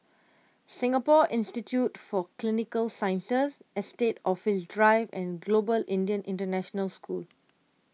Singapore Institute for Clinical Sciences Estate Office Drive and Global Indian International School